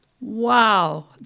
wow